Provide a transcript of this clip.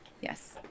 Yes